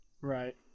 Right